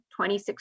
2016